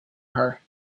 her